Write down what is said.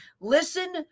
Listen